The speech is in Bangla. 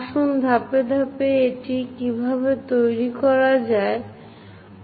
আসুন ধাপে ধাপে এটি কীভাবে তৈরি করা যায় দেখি